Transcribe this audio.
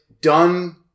done